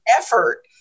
effort